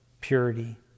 purity